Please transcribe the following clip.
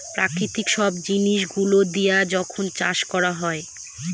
প্রাকৃতিক সব জিনিস গুলো দিয়া যখন চাষ করা হয়